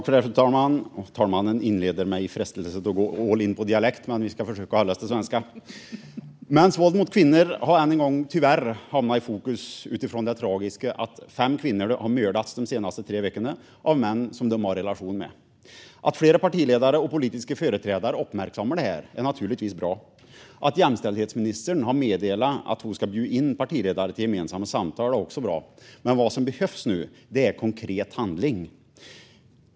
Fru talman! Talmannen inledde mig i frestelse att gå all in på dialekt, men vi ska försöka hålla oss till svenska. Mäns våld mot kvinnor har än en gång tyvärr hamnat i fokus utifrån det tragiska att fem kvinnor de senaste tre veckorna har mördats av män som de har en relation med. Att flera partiledare och politiska företrädare uppmärksammar detta är naturligtvis bra. Att jämställdhetsministern har meddelat att hon ska bjuda in partiledare till gemensamma samtal är också bra. Men vad som nu behövs är konkret handling.